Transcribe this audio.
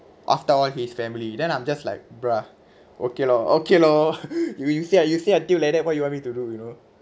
after all he's family then I'm just like bro okay lor okay lor you you say you say until like that what you want me to do it you know